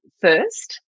first